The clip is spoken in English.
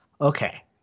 Okay